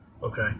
Okay